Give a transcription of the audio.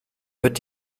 wird